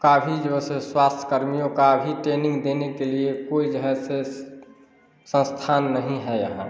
का भी जो ऐसे स्वास्थ्य कर्मियों का भी ट्रेनिंग देने के लिए कोई जो है से संस्थान नहीं है यहाँ